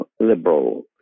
liberal